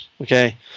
Okay